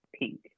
pink